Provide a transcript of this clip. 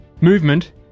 movement